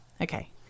Okay